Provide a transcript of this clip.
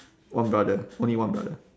one brother only one brother